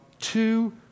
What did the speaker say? two